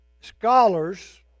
scholars